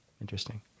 Interesting